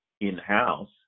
in-house